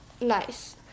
nice